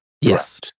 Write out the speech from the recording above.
yes